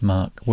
Mark